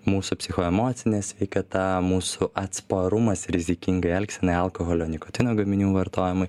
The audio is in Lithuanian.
mūsų psichoemocinė sveikata mūsų atsparumas rizikingai elgsenai alkoholio nikotino gaminių vartojimui